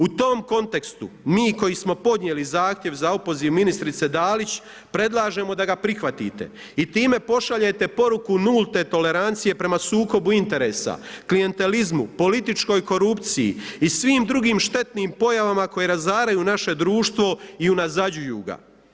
U tom kontekstu mi koji smo podnijeli zahtjev za opoziv ministrice Dalić predlažemo da ga prihvatite i time pošaljete poruku nulte tolerancije prema sukobu interesa, klijentelizmu, političkoj korupciji i svim drugim štetnim pojavama koje razaraju naše društvo i unazađuju ga.